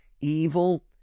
evil